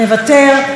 מוותר,